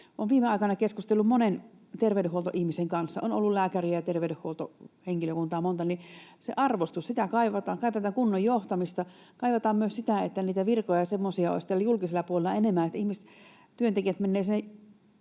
Olen viime aikoina keskustellut monen terveydenhuoltoihmisen kanssa: on ollut lääkäriä ja terveydenhuoltohenkilökunnasta monta. Sitä arvostusta kaivataan. Kaivataan kunnon johtamista. Kaivataan myös sitä, että niitä virkoja ja semmoisia olisi tällä julkisella puolella enemmän. Työntekijät menevät